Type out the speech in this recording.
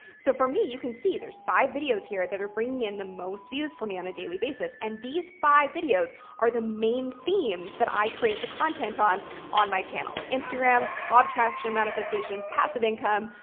so for me, you can see there's five videos here that are bringing in the most views for me on a daily basis and these five videos are the main themes that i create the content on on my channel, instagram, law of attraction, manifestation, passive income,